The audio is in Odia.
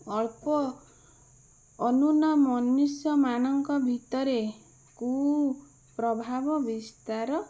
ଅଳ୍ପ ଅନୁନ୍ନ ମନୁଷ୍ୟମାନଙ୍କ ଭିତରେ କୁପ୍ରଭାବ ବିସ୍ତାର